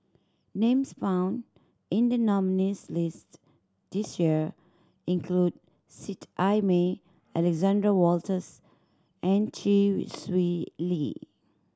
names found in the nominees' list this year include Seet Ai Mee Alexander Wolters and Chee Swee Lee